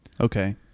Okay